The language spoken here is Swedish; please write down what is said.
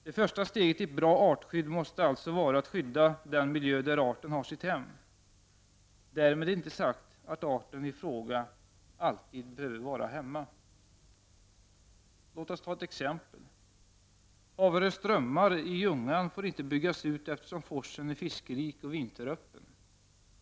Det första steget för ett bra artskydd måste alltså vara att skydda den miljö där arten har sitt hem — därmed inte sagt att arten i fråga alltid behöver vara hemma. Låt mig ta ett exempel. Haverö strömmar i Ljungan får inte byggas ut eftersom forsen är fiskrik och vinteröppen.